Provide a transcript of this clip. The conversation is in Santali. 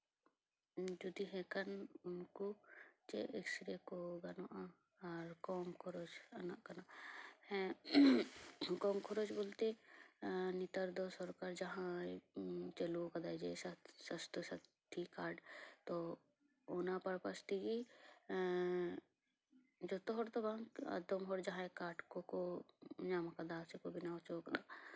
ᱡᱩᱫᱤ ᱦᱮᱸᱠᱟᱱ ᱩᱱᱠᱩ ᱪᱮᱫ ᱮᱠᱥᱨᱮ ᱠᱚ ᱜᱟᱱᱚᱜᱼᱟ ᱟᱨ ᱠᱚᱢ ᱠᱷᱚᱨᱚᱪ ᱠᱟᱱᱟ ᱦᱮᱸ ᱠᱚᱢ ᱠᱷᱚᱨᱚᱪ ᱵᱚᱞᱛ ᱮᱸ ᱱᱮᱛᱟᱨ ᱫᱚ ᱥᱚᱨᱠᱟᱨ ᱡᱟᱦᱟᱸ ᱞᱮᱠᱟᱭ ᱪᱟᱞᱩᱣᱟᱠ ᱟᱫᱟ ᱡᱮ ᱥᱟᱥᱛᱷᱚ ᱥᱟᱛᱷᱤ ᱠᱟᱨᱰ ᱛᱚ ᱚᱱᱟ ᱯᱟᱨᱯᱟᱥ ᱛᱮᱜᱤ ᱡᱚᱛᱚ ᱦᱚᱲ ᱫᱚ ᱵᱟᱝ ᱟᱫᱚᱢ ᱦᱚᱲ ᱡᱟᱦᱟᱸ ᱠᱟᱨᱰ ᱠᱚᱠᱚ ᱧᱟᱢ ᱠᱟᱫᱟ ᱥᱮᱠᱚ ᱵᱮᱱᱟᱣ ᱦᱚᱪᱚᱣᱟᱠᱟᱫᱟ